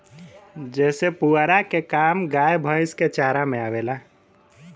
जेसे पुआरा के काम गाय भैईस के चारा में आवेला